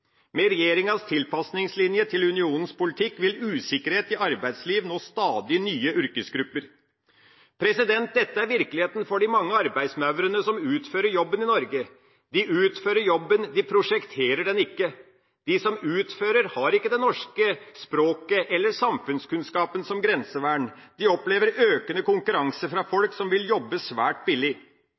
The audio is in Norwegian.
Med regjeringas tilpasningslinje til unionens politikk vil usikkerheten i arbeidslivet nå stadig nye yrkesgrupper. Dette er virkeligheten for de mange arbeidsmaurene som utfører jobben i Norge. De utfører jobben, de prosjekterer den ikke. De som utfører, har ikke det norske språket eller samfunnskunnskapen som grensevern. De opplever økende konkurranse fra folk som vil jobbe svært billig.